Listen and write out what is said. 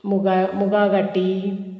मुगा मुगा घाटी